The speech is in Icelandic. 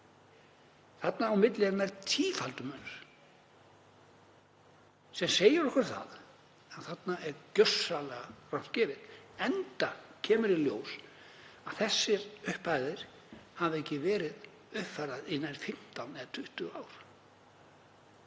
Þarna á milli er nær tífaldur munur, sem segir okkur að þarna er gjörsamlega rangt gefið, enda kemur í ljós að þessar upphæðir hafa ekki verið uppfærðar í nær 15 eða 20 ár.